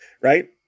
right